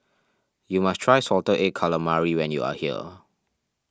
you must try Salted Egg Calamari when you are here